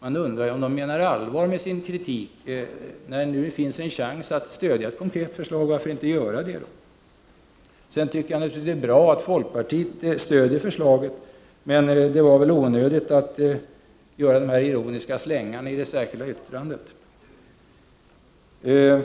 Man undrar ju om de menar allvar med sin kritik. När det nu finns en chans att stödja ett konkret förslag, varför då inte göra det? Sedan tycker jag naturligtvis att det är bra att folkpartiet stöder förslaget. Men det var väl onödigt att göra de här ironiska slängarna i det särskilda yttrandet.